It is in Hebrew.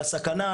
על הסכנה,